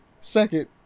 Second